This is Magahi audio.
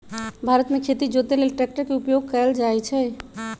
भारत मे खेती जोते लेल ट्रैक्टर के उपयोग कएल जाइ छइ